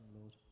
Lord